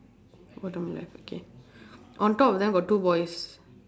hold on left okay on top of them got two boys